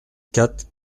quatre